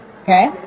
okay